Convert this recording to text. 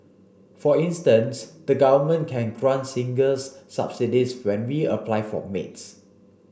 for instance the Government can grant singles subsidies when we apply for maids